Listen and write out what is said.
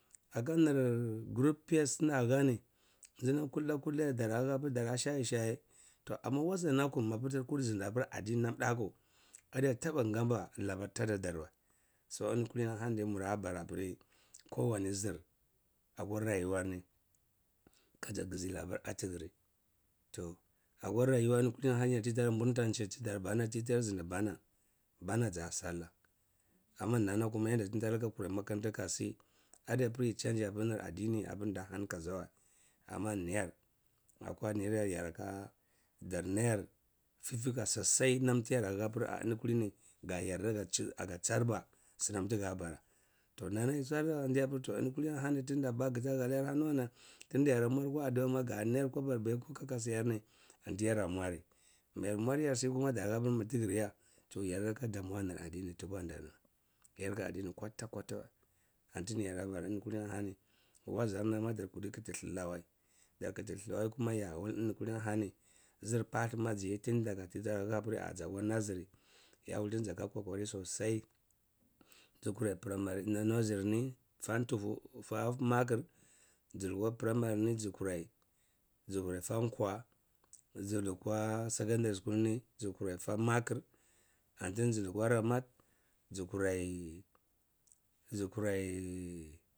Akanir group pa tida halini, zinam kuldeh kuldeh yar darahah pir dara shaye shaye toh amma nakun mapir kur zar zindi adini darnam dakwu adi ah taba ngaba labar tadadar wa. So eni kulini hani de mura, bara appir kowane zir akwa rayuwar ni kaji gyizi labar atigir. Toh akwa rayuwa kulini-hani yarti tara burta chi ti tara zindi bana, banaa za sallah amma nana kuma namti tara kurai makaranta kasi, diaper yi dianyi nir adini apir da kaza wa amma niyar akwa niyar yaratuwa dar niyar fifika sosai nam ti yara hahpir ahenikulini gayar da aga sarba sinam tiga bara toh nana andiya pir toh eni kulini hani tinda bag ta nanayar wa, dinda ya rada mwar akwa ada’a ma ga nayar kopar baiko kaka siyar ni ygara mwarri. Mwayar mwar kasi kuma darahapir mitigir ya toh yardiya ka damuwa nir adini tikwanda niwa kwata kwata weh antiapir ya bara eni kulini nani wazarna ma dar kiti hiwawai dar kin hlawai kuma ya wol eni ahani zir palde majiyeh tin daga titara hah zakwa nursery ya wul tini zaka kokari sosai zi kurai pri mar-ah nursery ni fa tufu fa makhir ji lukwa primary ni ti kurai, ji kurai fa kwa ji lukwa secondary school ni ji kurai fa makhir anti eni ji lukwa ramat ji kurai-ji kurai.